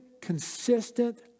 consistent